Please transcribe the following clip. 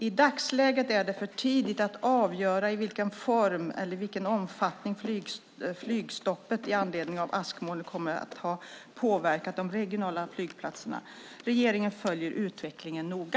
I dagsläget är det för tidigt att avgöra i vilken form eller i vilken omfattning flygstoppet i anledning av askmolnet kommer att ha påverkat de regionala flygplatserna. Regeringen följer utvecklingen noga.